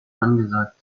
angesagt